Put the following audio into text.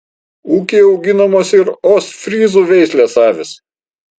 ūkyje auginamos ir ostfryzų veislės avys